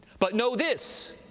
but know this,